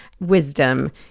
wisdom